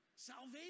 Salvation